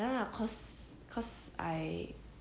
ya cause cause I